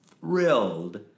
thrilled